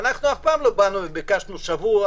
אנחנו אף פעם לא באנו וביקשנו שבוע,